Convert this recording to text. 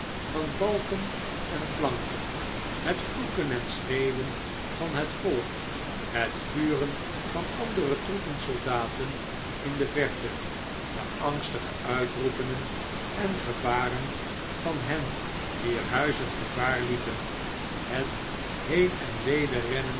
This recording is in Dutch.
van balken en planken het vloeken en ischreeuwen van het volk het vuren van andere troepen soldaten in de verte de angstige uitroepingen en gebaren van hen wier huizen gevaar liepen het heen en weder rennen